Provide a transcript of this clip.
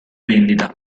vendita